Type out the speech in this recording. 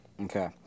Okay